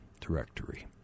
directory